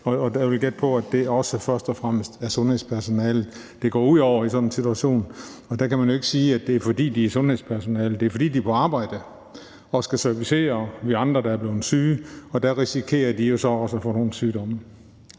Jeg vil gætte på, at det også først og fremmest er sundhedspersonalet, det går ud over i sådan en situation. Og der kan man jo ikke sige, at det er, fordi de er sundhedspersonale; det er, fordi de er på arbejde og skal servicere os andre, der er blevet syge. Og der risikerer de så at få nogle sygdomme.